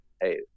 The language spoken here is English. hey